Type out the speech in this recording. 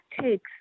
takes